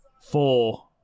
Four